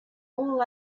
all